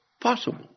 possible